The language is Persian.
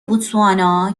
بوتسوانا